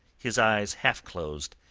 his eyes half-closed,